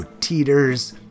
teeters